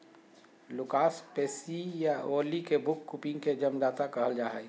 Lucas Pacioli के bookkeeping के जन्मदाता कहल जा हइ